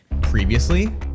previously